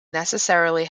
necessarily